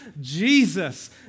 Jesus